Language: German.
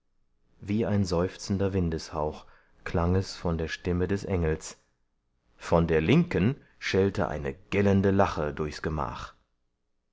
wie ein seufzender windeshauch klang es von der stimme des engels von der linken schallte eine gellende lache durchs gemach